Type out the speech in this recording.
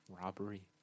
robbery